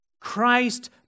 Christ